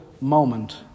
moment